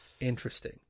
interesting